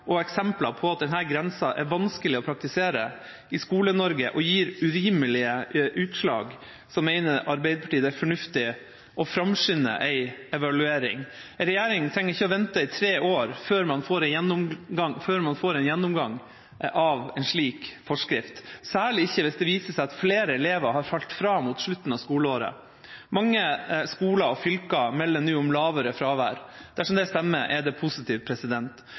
og eksempler på at denne grensa er vanskelig å praktisere i Skole-Norge og gir urimelige utslag, mener Arbeiderpartiet det er fornuftig å framskynde en evaluering. En regjering trenger ikke vente i tre år før man får en gjennomgang av en slik forskrift, særlig ikke hvis det viser seg at flere elever har falt fra mot slutten av skoleåret. Mange skoler og fylker melder nå om lavere fravær. Dersom det stemmer, er det positivt.